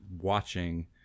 watching